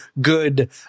good